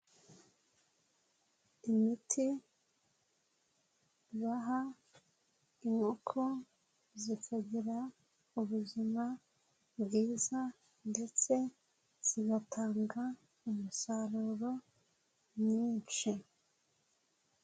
Imiti ibaha inkoko zikagira ubuzima bwiza ndetse zinatanga umusaruro mwinshi.